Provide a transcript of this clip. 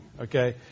okay